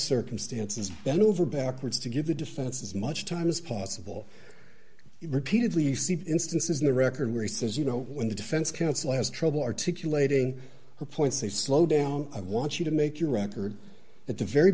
circumstances bend over backwards to give the defense as much time as possible repeatedly seen instances in the record where he says you know when the defense counsel has trouble articulating the points they slow down i want you to make your record at the very